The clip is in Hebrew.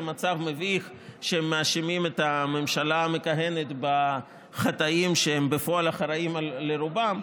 מצב מביך שמאשימים את הממשלה המכהנת בחטאים שהם בפועל אחראים על רובם,